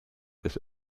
des